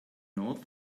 north